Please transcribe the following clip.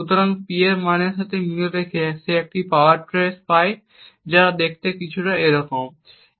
সুতরাং P মানের সাথে মিল রেখে সে একটি পাওয়ার ট্রেস পায় যা দেখতে এরকম কিছু